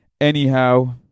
Anyhow